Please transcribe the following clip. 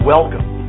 Welcome